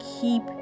keep